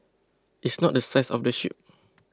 it's not the size of the ship